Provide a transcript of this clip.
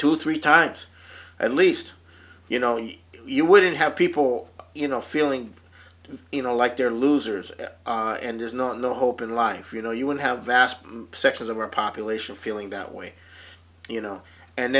two three times at least you know you wouldn't have people you know feeling you know like they're losers and there's no no hope in life you know you would have vast sections of our population feeling that way you